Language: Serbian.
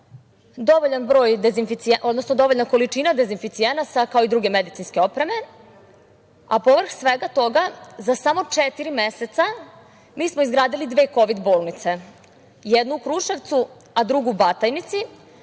dovoljna količina dezinficijenasa, kao i druge medicinske opreme, a pored svega toga za samo četiri meseca mi smo izgradili dve kovid bolnice, jednu u Kruševcu, a drugu u Batajnici,